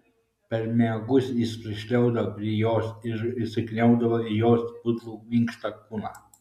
per miegus jis prišliauždavo prie jos ir įsikniaubdavo į jos putlų minkštą kūną